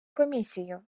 комісію